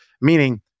meaning